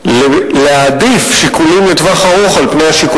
מוכרת במערכת הנטייה להעדיף שיקולים לטווח קצר